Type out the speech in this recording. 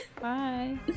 Bye